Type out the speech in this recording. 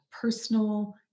personal